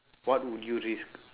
what would you risk